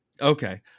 okay